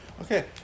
Okay